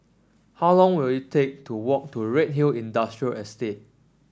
how long will it take to walk to Redhill Industrial Estate